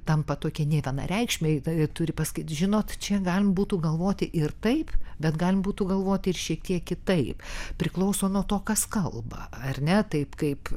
tampa tokie nevienareikšmiai tai turi pasakyt žinot čia galima būtų galvoti ir taip bet galim būtų galvoti ir šiek tiek kitaip priklauso nuo to kas kalba ar ne taip kaip